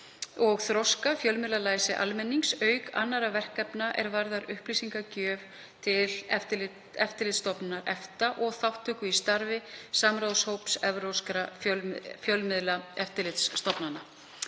þroska fjölmiðlalæsi almennings auk annarra verkefna er varða upplýsingagjöf til Eftirlitsstofnunar EFTA og þátttöku í starfi samráðshóps evrópskra fjölmiðlaeftirlitsstofnana.